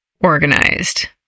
organized